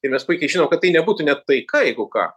ir mes puikiai žino kad tai nebūtų net taika jeigu ką